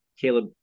Caleb